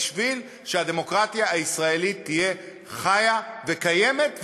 כדי שהדמוקרטיה הישראלית תהיה חיה וקיימת,